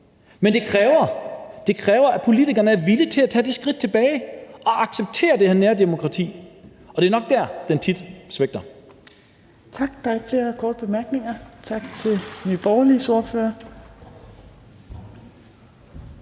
Men det kræver, at politikerne er villige til at gå det skridt tilbage og acceptere det her nærdemokrati. Og det er nok der, det tit svigter.